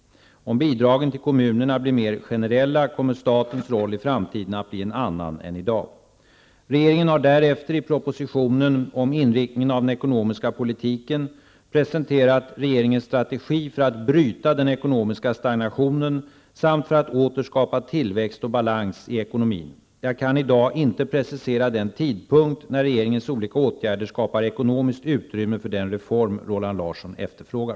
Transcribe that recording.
Om bidragen till kommunerna blir mer generella kommer statens roll i framtiden att bli en annan än i dag. Regeringen har därefter i propositionen Jag kan i dag inte precisera den tidpunkt när regeringens olika åtgärder skapar ekonomiskt utrymme för den reform Roland Larsson efterfrågar.